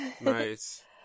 Nice